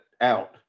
out